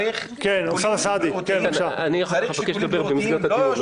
תאמין לי, המפגינים לא היו